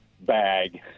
bag